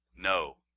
No